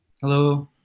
Hello